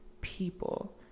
people